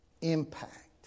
impact